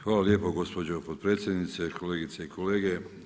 Hvala lijepo gospođo potpredsjednice, kolegice i kolege.